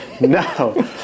No